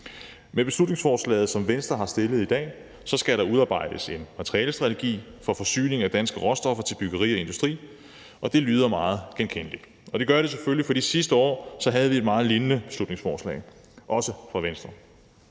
beslutningsforslaget, som Venstre har fremsat i dag, skal der udarbejdes en materialestrategi for forsyning af danske råstoffer til byggeri og industri, og det lyder meget genkendeligt. Det gør det selvfølgelig, fordi vi sidste år havde et meget lignende beslutningsforslag, også fra Venstre.